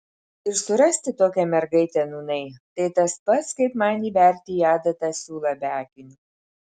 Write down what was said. ir surasti tokią mergaitę nūnai tai tas pats kaip man įverti į adatą siūlą be akinių